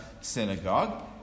synagogue